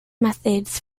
methods